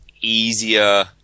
easier